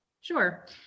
Sure